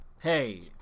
hey